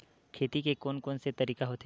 खेती के कोन कोन से तरीका होथे?